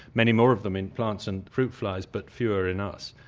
many more of them in plants and fruit flies, but fewer in us.